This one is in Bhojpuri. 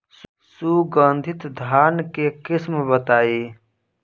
सुगंधित धान के किस्म बताई?